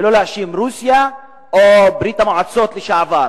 ואל תאשימו את רוסיה או ברית-המועצות לשעבר,